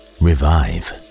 revive